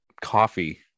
coffee